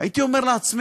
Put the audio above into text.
הייתי אומר לעצמי: